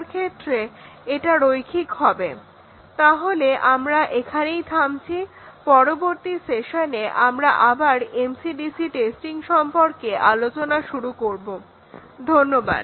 ধন্যবাদ Glossary English word Word Meaning Combination combination বিন্যাস Constant constant স্থির False ফলস্ মিথ্যা Evaluation ইভ্যালুয়েশন মূল্যায়ন Linear লিনিয়ার রৈখিক Shortcoming শর্ট কামিং ত্রুটি Thorough থরো পুঙ্খানুপুঙ্খ True ট্রু সত্য Value ভ্যালু মান Welcome ওয়েলকাম স্বাগত